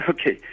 Okay